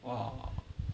!wow!